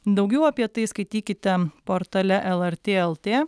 daugiau apie tai skaitykite portale lrt lt